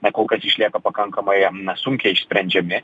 na kol kas išlieka pakankamai na sunkiai išsprendžiami